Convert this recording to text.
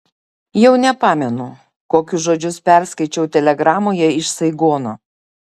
jau nepamenu kokius žodžius perskaičiau telegramoje iš saigono